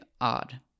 odd